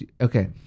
okay